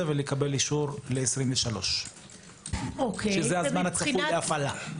ולקבל אישור ל-2023 שזה הזמן הצפוי להפעלה.